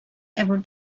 about